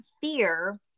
fear